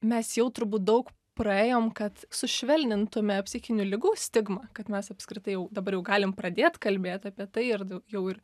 mes jau turbūt daug praėjom kad sušvelnintume psichinių ligų stigmą kad mes apskritai jau dabar jau galim pradėt kalbėt apie tai ir jau ir